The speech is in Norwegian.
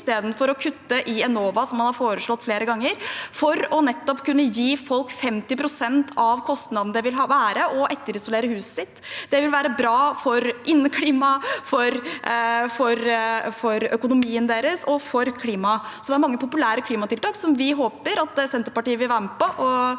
istedenfor å kutte i Enova, som man har foreslått flere ganger, for nettopp å kunne gi folk 50 pst. av kostnaden ved å etterisolere huset deres. Det vil være bra for inneklimaet, for økonomien deres og for klimaet. Det er mange populære klimatiltak som vi håper at Senterpartiet vil være med på,